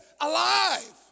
alive